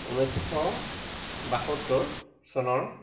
ঊনৈছশ বাসত্তৰ চনৰ